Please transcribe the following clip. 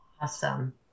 Awesome